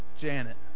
Janet